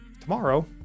tomorrow